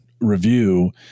review